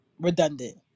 redundant